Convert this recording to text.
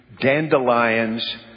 dandelions